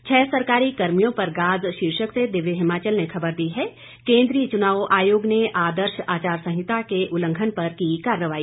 छह सरकारी कर्मियों पर गाज शीर्षक से दिव्य हिमाचल ने खबर दी है केंद्रीय चुनाव आयोग ने आदर्श आचार संहिता के उल्लंघन पर की कार्रवाई